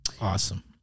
Awesome